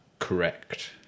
Correct